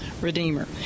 redeemer